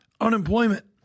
Unemployment